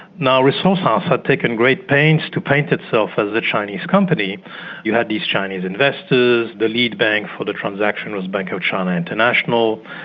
now, resourcehouse had taken great pains to paint itself as a chinese company you had these chinese investors, the lead bank for the transaction was bank of china international,